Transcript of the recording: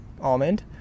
Almond